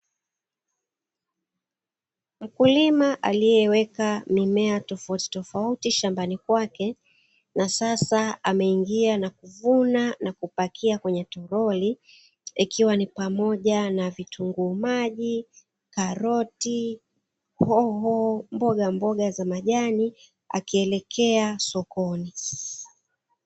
Mkulima aliyeweka mimea tofautitofauti shambani kwake, na sasa ameingia na kuvuna na kupakia kwenye toroli, ikiwa ni pamoja na: vitunguu maji, karoti, hoho, mbogamboga za majani; akielekea sokoni.